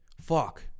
Fuck